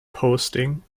posting